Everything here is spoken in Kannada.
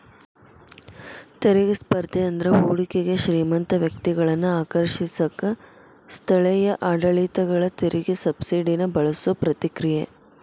ತೆರಿಗೆ ಸ್ಪರ್ಧೆ ಅಂದ್ರ ಹೂಡಿಕೆಗೆ ಶ್ರೇಮಂತ ವ್ಯಕ್ತಿಗಳನ್ನ ಆಕರ್ಷಿಸಕ ಸ್ಥಳೇಯ ಆಡಳಿತಗಳ ತೆರಿಗೆ ಸಬ್ಸಿಡಿನ ಬಳಸೋ ಪ್ರತಿಕ್ರಿಯೆ